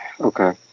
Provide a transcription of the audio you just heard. okay